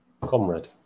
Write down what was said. Comrade